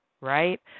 right